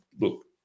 Look